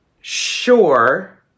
Sure